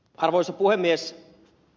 arvoisa puhemies